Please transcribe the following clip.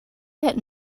had